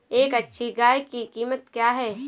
एक अच्छी गाय की कीमत क्या है?